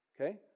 Okay